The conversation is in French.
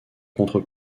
contre